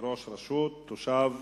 ראש רשות: תושב